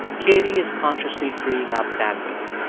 katie is consciously freeing up bandwidth.